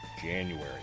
January